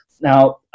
Now